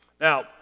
Now